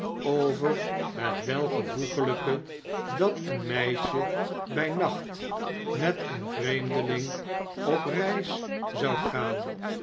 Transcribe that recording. over het welvoegelijke dat een meisje bij nach met een vreemdeling op reis zou gaan